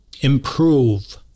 improve